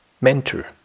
mentor